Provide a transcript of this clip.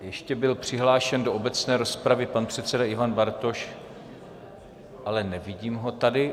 Ještě byl přihlášen do obecné rozpravy pan předseda Ivan Bartoš, ale nevidím ho tady.